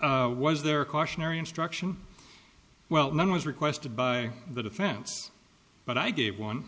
was there cautionary instruction well none was requested by the defense but i gave one